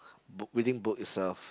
book reading book itself